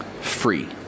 free